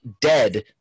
dead